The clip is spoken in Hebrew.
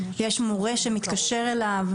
יש מורה שמתקשר אליו?